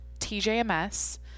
TJMS